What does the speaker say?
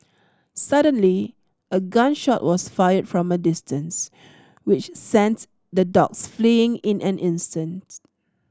suddenly a gun shot was fired from a distance which sends the dogs fleeing in an instance